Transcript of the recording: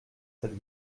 cette